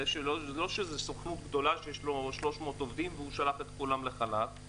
זאת לא סוכנות גדולה שיש בה 300 עובדים והוא שלח את כולם לחל"ת.